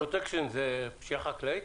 הפרוטקשן זו פשיעה חקלאית?